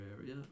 area